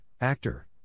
Actor